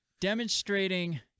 Demonstrating